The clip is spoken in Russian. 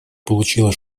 получило